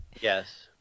Yes